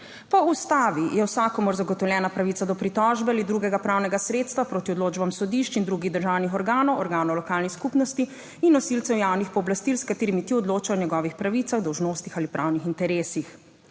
Po Ustavi je vsakomur zagotovljena pravica do pritožbe ali drugega pravnega sredstva proti odločbam sodišč in drugih državnih organov, organov lokalnih skupnosti in nosilcev javnih pooblastil, s katerimi ti odločajo o njegovih pravicah in dolžnostih ali pravnih interesih.